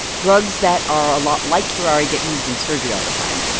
drugs that are a lot like curare get used in surgery all the time,